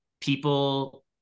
people